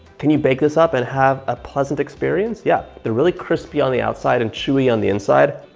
can you bake this up and have a pleasant experience? yeah, they're really crispy on the outside and chewy on the inside.